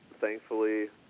thankfully